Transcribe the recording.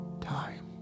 time